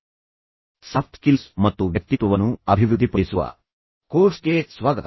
soft skills ಮತ್ತು ವ್ಯಕ್ತಿತ್ವವನ್ನು ಅಭಿವೃದ್ಧಿಪಡಿಸುವ ನನ್ನ ಕೋರ್ಸ್ಗೆ ಮತ್ತೆ ಸ್ವಾಗತ